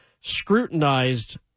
scrutinized